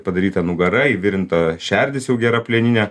padaryta nugara įvirinta šerdis jau gera plieninė